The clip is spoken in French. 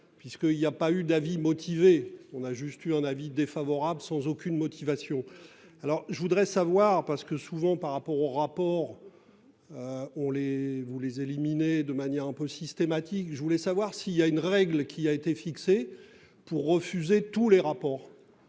puisqu'il y a pas eu d'avis motivé, on a juste eu un avis défavorable, sans aucune motivation. Alors je voudrais savoir, parce que souvent, par rapport au rapport. On les, vous les éliminer de manière un peu systématique, je voulais savoir s'il y a une règle qui a été fixée pour refuser tous les rapports